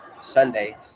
Sunday